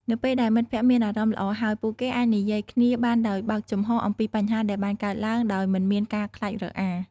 នៅពេលដែលមិត្តភក្តិមានអារម្មណ៍ល្អហើយ ពួកគេអាចនិយាយគ្នាបានដោយបើកចំហរអំពីបញ្ហាដែលបានកើតឡើងដោយមិនមានការខ្លាចរអា។